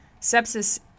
sepsis